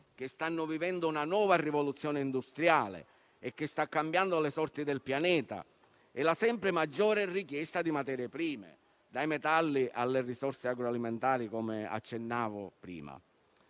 che stanno vivendo una nuova rivoluzione industriale, che sta cambiando le sorti del pianeta, e la sempre maggiore richiesta di materie prime, dai metalli, alle risorse agroalimentari, come accennavo in